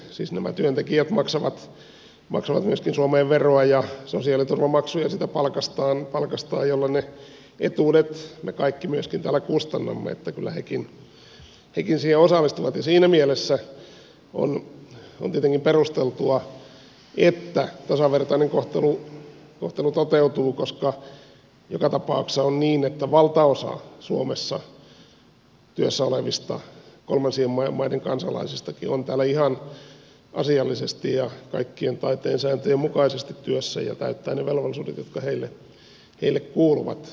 siis nämä työntekijät myöskin maksavat suomeen veroa ja sosiaaliturvamaksuja siitä palkastaan jolloin ne etuudet me kaikki myöskin täällä kustannamme että kyllä hekin siihen osallistuvat ja siinä mielessä on tietenkin perusteltua että tasavertainen kohtelu toteutuu koska joka tapauksessa on niin että valtaosa suomessa työssä olevista kolmansien maiden kansalaisistakin on täällä ihan asiallisesti ja kaikkien taiteen sääntöjen mukaisesti työssä ja täyttää ne velvollisuudet jotka heille kuuluvat